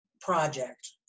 project